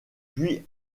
puis